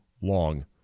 long